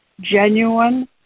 genuine